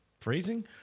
phrasing